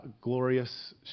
glorious